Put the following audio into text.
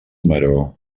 maror